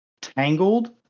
Tangled